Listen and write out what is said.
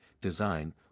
design